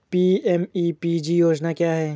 PMEPG योजना क्या है?